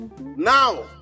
Now